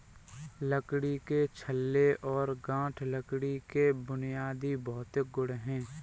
लकड़ी के छल्ले और गांठ लकड़ी के बुनियादी भौतिक गुण हैं